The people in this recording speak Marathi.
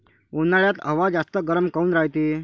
उन्हाळ्यात हवा जास्त गरम काऊन रायते?